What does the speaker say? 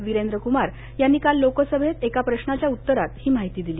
विरेंद्र कुमार यांनी काल लोकसभेत एका प्रशाच्या उत्तरात ही माहिती दिली